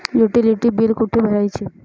Utility बिले कुठे भरायची?